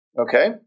okay